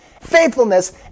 faithfulness